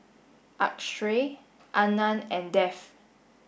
Akshay Anand and Dev